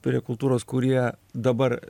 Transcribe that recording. prie kultūros kurie dabar